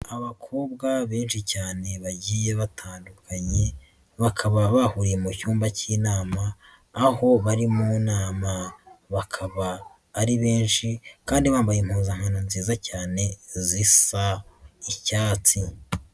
Abakobwa benshi cyane bagiye batandukanye bakaba bahuriye mu cyumba cy'inama aho bari mu nama, bakaba ari benshi kandi bambaye impuzankano nziza cyane zisa icyatsi.